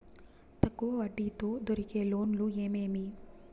తక్కువ వడ్డీ తో దొరికే లోన్లు ఏమేమి